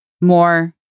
more